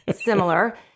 similar